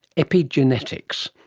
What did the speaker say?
epigenetics,